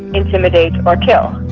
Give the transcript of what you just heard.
intimidate or kill.